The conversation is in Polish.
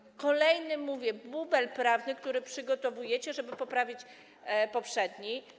To jest kolejny, jak mówię, bubel prawny, który przygotowujecie, żeby poprawić poprzedni.